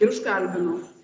ir užkalbinau